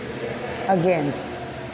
Again